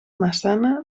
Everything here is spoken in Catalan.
massana